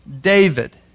David